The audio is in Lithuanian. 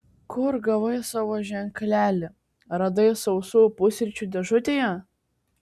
kur gavai savo ženklelį radai sausų pusryčių dėžutėje